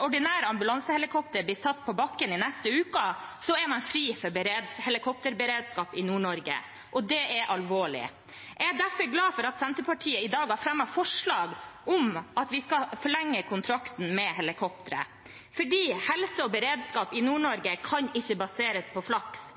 ordinære ambulansehelikopteret blir satt på bakken i neste uke, er man fri for helikopterberedskap i Nord-Norge. Det er alvorlig. Jeg er derfor glad for at Senterpartiet i dag har fremmet forslag om at vi skal forlenge kontrakten med helikopteret, for helse og beredskap i Nord-Norge kan ikke baseres på flaks.